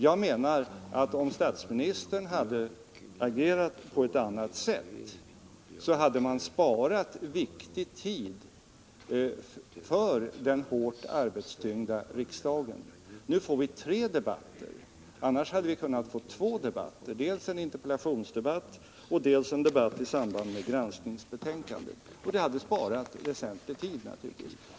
Jag menar att om statsministern hade agerat på ett annat sätt hade man sparat värdefull tid för den hårt arbetstyngda riksdagen. Nu får vi tre debatter mot annars två, dels en interpellationsdebatt, dels en debatt i samband med granskningsbetänkandet. Mycket tid hade naturligtvis kunnat sparas.